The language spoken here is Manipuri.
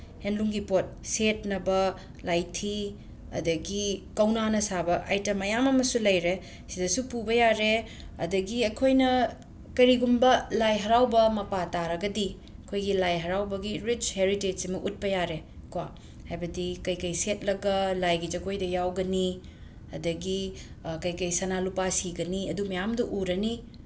ꯍꯦꯟꯂꯨꯝꯒꯤ ꯄꯣꯠ ꯁꯦꯠꯅꯕ ꯂꯥꯏꯊꯤ ꯑꯗꯒꯤ ꯀꯧꯅꯥꯅ ꯁꯥꯕ ꯑꯥꯏꯇꯦꯝ ꯃꯌꯥꯝ ꯑꯃꯁꯨ ꯂꯩꯔꯦ ꯁꯤꯗꯁꯨ ꯄꯨꯕ ꯌꯥꯔꯦ ꯑꯗꯒꯤ ꯑꯩꯈꯣꯏꯅ ꯀꯔꯤꯒꯨꯝꯕ ꯂꯥꯏ ꯍꯔꯥꯎꯕ ꯃꯄꯥ ꯇꯥꯔꯒꯗꯤ ꯑꯩꯈꯣꯏꯒꯤ ꯂꯥꯏ ꯍꯔꯥꯎꯕꯒꯤ ꯔꯤꯁ ꯍꯦꯔꯤꯇꯦꯖ ꯁꯤꯃ ꯎꯠꯄ ꯌꯥꯔꯦ ꯀꯣ ꯍꯥꯏꯕꯗꯤ ꯀꯩꯀꯩ ꯁꯦꯠꯂꯒ ꯂꯥꯏꯒꯤ ꯖꯒꯣꯏꯗ ꯌꯥꯎꯒꯅꯤ ꯑꯗꯒꯤ ꯀꯩꯀꯩ ꯁꯅꯥ ꯂꯨꯄꯥ ꯁꯤꯒꯅꯤ ꯑꯗꯨ ꯃꯌꯥꯝꯗꯨ ꯎꯔꯅꯤ